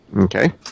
Okay